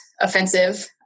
offensive